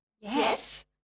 yes